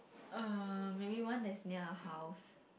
um maybe one that's near the house